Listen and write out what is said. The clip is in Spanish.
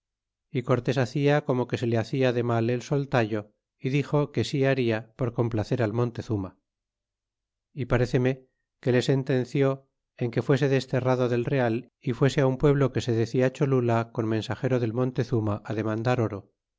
y cortés hacia como que se le hacia de mal el soltallo y dixo que sí haría por complacer al moglezuma y paréceme que le sentencié en que fuese desterrado del real y fuese un pueblo que se decia cholula con mensagero del montezuma demandar oro